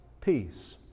peace